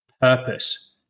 purpose